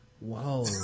wow